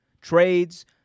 trades